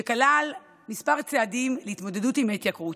שכלל כמה צעדים להתמודדות עם ההתייקרות: